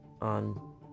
On